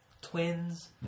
Twins